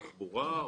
התחבורה,